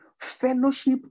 Fellowship